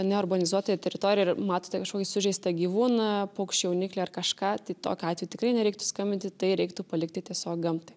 neurbanizuotoje teritorijoj ir matote kažkokį sužeistą gyvūną paukščio jauniklį ar kažką tai tokiu atveju tikrai nereiktų skambinti tai reiktų palikti tiesiog gamtai